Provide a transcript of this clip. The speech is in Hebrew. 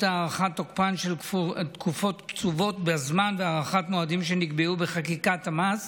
הארכת תוקפן של תקופות קצובות בזמן והארכת מועדים שנקבעו בחקיקת המס